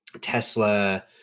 tesla